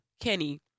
Kenny